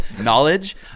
Knowledge